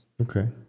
Okay